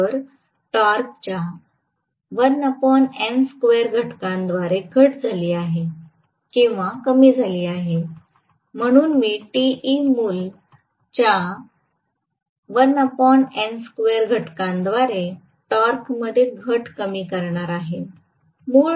तर टॉर्कच्या घटकाद्वारे घट झाली आहे किंवा कमी झाली आहे म्हणून मी Te मूल च्या घटकाद्वारे टॉर्कमध्ये घट कमी करणार आहे